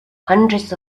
hundreds